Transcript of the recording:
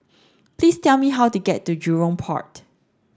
please tell me how to get to Jurong Port